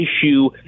issue